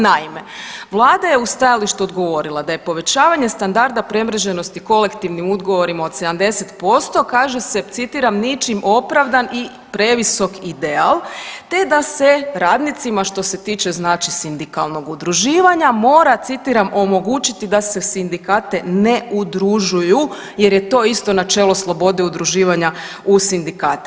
Naime, vlada je u stajalištu odgovorila da je povećavanje standarda premreženosti kolektivnim ugovorima od 70% kaže se citiram ničim opravdan i previsok ideal, te da se radnicima što se tiče znači sindikalnog udruživanja mora citiram omogućiti da se sindikate ne udružuju jer je to isto načelo slobode udruživanja u sindikate.